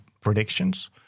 predictions